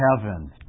heaven